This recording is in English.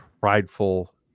prideful